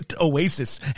Oasis